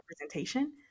representation